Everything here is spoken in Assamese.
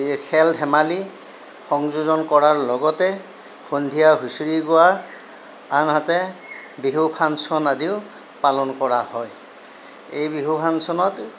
এই খেল ধেমালি সংযোজন কৰাৰ লগতে সন্ধিয়া হুঁচৰি গোৱাৰ আনহাতে বিহু ফাংচন আদিও পালন কৰা হয় এই বিহু ফাংচনত